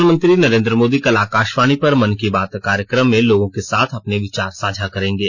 प्रधानमंत्री नरेंद्र मोदी कल आकाशवाणी पर मन की बात कार्यक्रम में लोगों के साथ अपने विचार साझा करेंगे